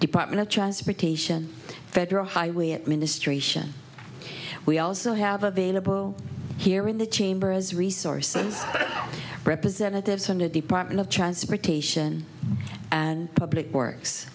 department of transportation federal highway administration we also have available here in the chamber as resources representatives hundred department of transportation and public works